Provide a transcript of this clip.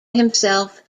himself